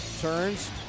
Turns